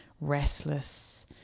restless